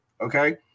okay